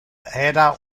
era